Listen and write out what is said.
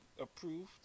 approved